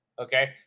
okay